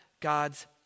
God's